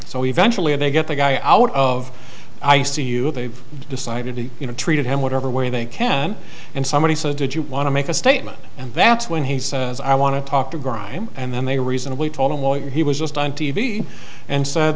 so eventually they get the guy out of i c u they've decided to you know treated him whatever way they can and somebody says did you want to make a statement and that's when he says i want to talk to grime and then they reasonably told a lawyer he was just on t v and said